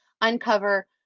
uncover